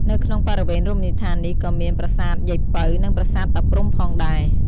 នៅក្នុងបរិវេណរមណីយដ្ឋាននេះ ក៏មាន ប្រាសាទយាយពៅ និង ប្រាសាទតាព្រហ្ម ផងដែរ។